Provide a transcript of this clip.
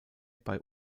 bei